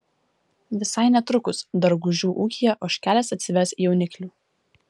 visai netrukus dargužių ūkyje ožkelės atsives jauniklių